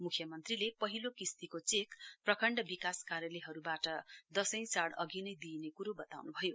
मुख्यमन्त्रीले पहिलो किश्तीको चेक प्रखण्ड विकास कार्यालयहरूबाट दशैं चाड़ अघि नै दिइने क्रो बताउनुभयो